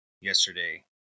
yesterday